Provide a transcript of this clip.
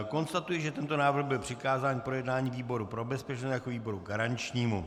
Konstatuji, že tento návrh byl přikázán k projednání výboru pro bezpečnost jako výboru garančnímu.